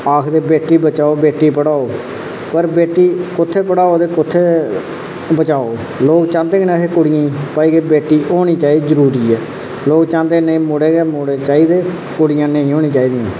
आखदे बेटी बचाओ बेटी पढ़ाओ पर बेटी कुत्थै पढ़ाओ ते कुत्थै बचाओ लोक चाहंदे नेहें कुड़ियें गी भाई बेटी होना बी जरूरी ऐ लोक चाहंदे के मुड़े गै मुड़े होना चाहिदे कुड़ियां नेईं होना चाही दियां